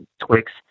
Twix